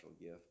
gift